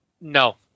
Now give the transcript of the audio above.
No